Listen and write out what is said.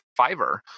Fiverr